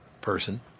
person